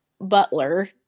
Butler